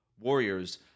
Warriors